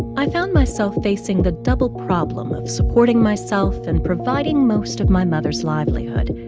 i found myself facing the double problem of supporting myself and providing most of my mother's livelihood.